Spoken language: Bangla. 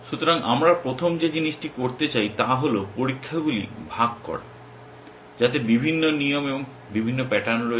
সুতরাং আমরা প্রথম যে জিনিসটি করতে চাই তা হল পরীক্ষাগুলি ভাগ করা যাতে বিভিন্ন নিয়ম এবং বিভিন্ন প্যাটার্ন করছে